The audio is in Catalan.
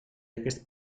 aquest